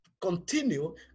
continue